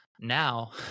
Now